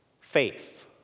faith